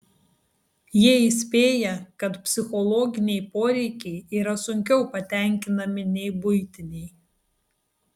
jie įspėja kad psichologiniai poreikiai yra sunkiau patenkinami nei buitiniai